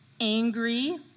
angry